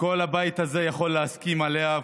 שכל הבית הזה יכול להסכים עליה,